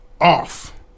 off